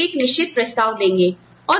वे उन्हें एक निश्चित प्रस्ताव देते हैं